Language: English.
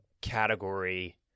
category